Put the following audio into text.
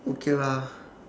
okay lah